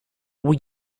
were